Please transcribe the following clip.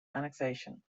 annexation